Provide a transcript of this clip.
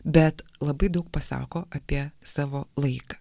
bet labai daug pasako apie savo laiką